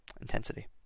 intensity